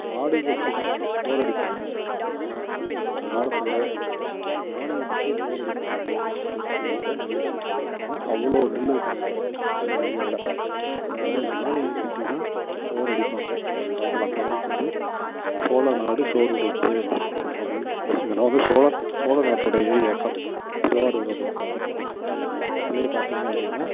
மாடுவச்சு தான் போர் அடிப்பாங்க ஆனால் அந்த காலத்தில் யானையை கட்டி போர் அடித்தார்கள் அப்படின்னு சொல்லுவாங்க நெல்லுக்கு ஏன்னால் அவ்வளோ நெல்லு கிடைக்குமா இந்த ஏரியாவில் அதனால் யானையை கட்டி தான் போர் அடிப்பாங்க அந்த காலத்தில் அந்த அளவுக்கு வந்து சோழநாடு சோறு உடைத்து அப்படின்னு இதெல்லாம் வந்து சோழன் சோழ நாட்டோடைய இயக்கம் திருவாரூரை பொறுத்த வரைக்கும் பக்கத்துலே பார்த்திங்க அப்படின்னா